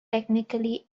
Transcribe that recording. technically